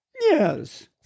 Yes